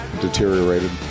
deteriorated